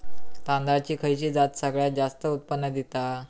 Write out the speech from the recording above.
तांदळाची खयची जात सगळयात जास्त उत्पन्न दिता?